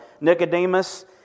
Nicodemus